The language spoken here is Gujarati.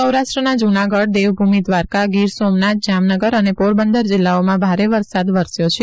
સૌરાષ્ટ્રના જૂનાગઢ દેવભૂમિ દ્વારકા ગીર સોમનાથ જામનગર અને પોરબંદર જિલ્લાઓમાં ભારે વરસાદ વરસ્યો છે